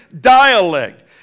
dialect